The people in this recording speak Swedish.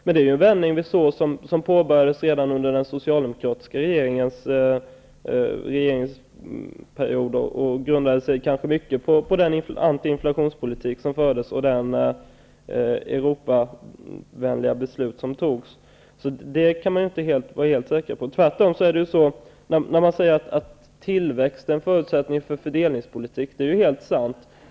Men det är ju en vändning som påbörjades redan under den socialdemokratiska regeringsperioden och som kanske i stor utsträckning grundade sig på den antiinflationspolitik som fördes och de europavänliga beslut som fattades. Detta kan man alltså inte vara helt säker på. När man säger att tillväxt är en förutsättning för fördelningspolitik, är ju det helt sant.